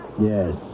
Yes